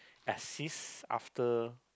assist after